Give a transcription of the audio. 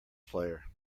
player